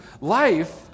life